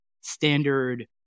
standard